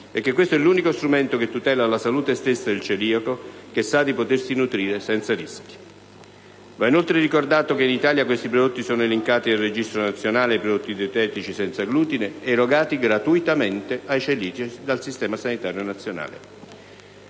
e controlli, sia l'unico strumento che tutela la salute stessa del celiaco che sa di poter nutrirsi senza rischi. Va inoltre ricordato che in Italia questi prodotti sono elencati nel Registro nazionale dei prodotti dietetici senza glutine ed erogati gratuitamente ai celiaci dal Sistema sanitario nazionale.